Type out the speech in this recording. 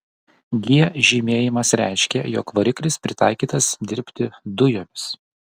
g žymėjimas reiškė jog variklis pritaikytas dirbti dujomis